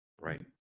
Right